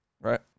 right